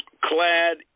clad